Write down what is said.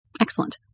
Excellent